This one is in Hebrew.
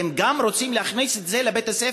אתם גם רוצים להכניס את זה לבית-הספר?